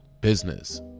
business